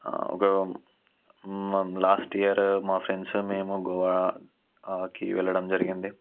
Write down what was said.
ఉపయోగ last year మా friends మేము గోవాకి వెళ్లడం జరిగింది